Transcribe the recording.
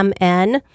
MN